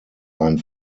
ein